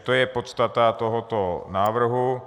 To je podstata tohoto návrhu.